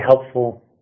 helpful